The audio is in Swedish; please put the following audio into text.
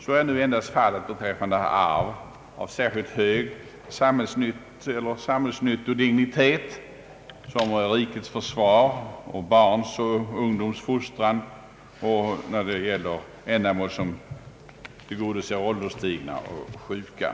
Så är nu fallet endast beträffande arv till ändamål av särskilt hög samhällsnyttodignitet, t.ex. rikets försvar och barns och ungdoms fostran samt ändamål som tillgodoser ålderstigna och sjuka.